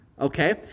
Okay